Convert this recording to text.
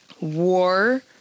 war